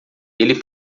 ele